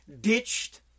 ditched